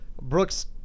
Brooks